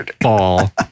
ball